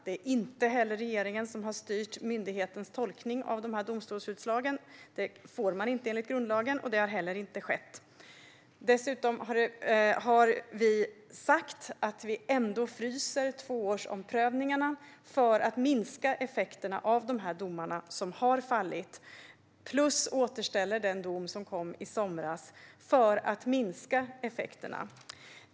Det är inte heller regeringen som har styrt myndighetens tolkning av domstolsutslagen. Det får den inte enligt grundlagen, och det har heller inte skett. Dessutom har vi sagt att vi fryser tvåårsomprövningarna för att minska effekterna av domarna som har fallit och återställer efter den dom som kom i somras för att minska effekterna.